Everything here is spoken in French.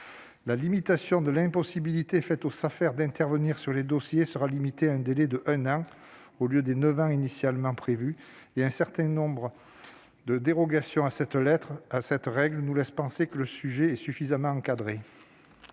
grande sagesse. L'impossibilité faite aux Safer d'intervenir sur les dossiers sera limitée à un an, au lieu des neuf années initialement prévues ; un certain nombre de dérogations à cette règle laissent penser que le sujet est suffisamment encadré.